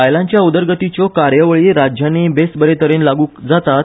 बायलांच्या उदरगतीच्यो कार्यावळी राज्यांनी बेस बरे तरेन लागू जातात